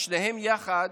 שניהם יחד,